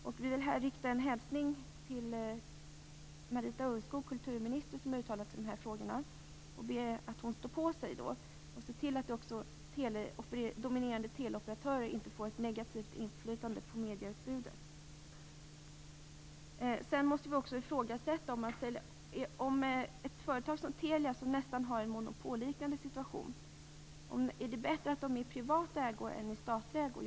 Jag vill här rikta en hälsning till kulturminister Marita Ulvskog som har uttalat sig i dessa frågor och be att hon står på sig. Hon bör se till att dominerande teleoperatörer inte får ett negativt inflytande på medieutbudet. Sedan måste vi också ifrågasätta om det är bättre att ett företag som Telia, som nästan har en monopolliknande ställning, är i privat ägo än i statlig ägo.